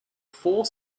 four